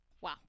Wow